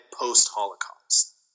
post-Holocaust